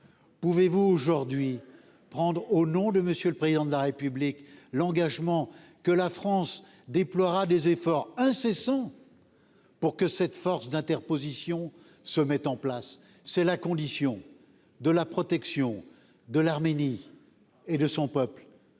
pouvez-vous aujourd'hui prendre au nom de monsieur le président de la République, l'engagement que la France déploiera des efforts incessants pour que cette force d'interposition se mettent en place, c'est la condition de la protection de l'Arménie et de son peuple